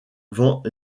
vend